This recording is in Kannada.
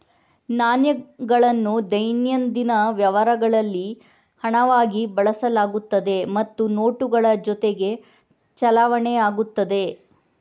ನಾಣ್ಯಗಳನ್ನು ದೈನಂದಿನ ವ್ಯವಹಾರಗಳಲ್ಲಿ ಹಣವಾಗಿ ಬಳಸಲಾಗುತ್ತದೆ ಮತ್ತು ನೋಟುಗಳ ಜೊತೆಗೆ ಚಲಾವಣೆಯಾಗುತ್ತದೆ